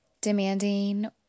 demanding